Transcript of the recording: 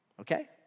Okay